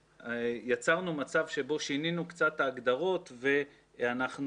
יצרנו מצב שבו שינינו קצת את ההגדרות ואנחנו